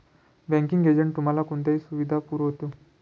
Banking agent तुम्हाला कोणत्या सुविधा पुरवतो?